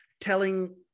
telling